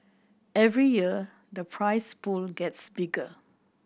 every year the prize pool gets bigger